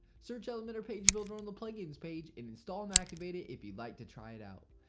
search elementor page builder on the plugins page and install and activate it if you'd like to try it out.